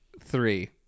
three